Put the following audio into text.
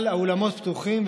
אבל האולמות פתוחים,